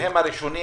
הם הראשונים